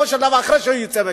אחרי שהוא יוצא מהכלא.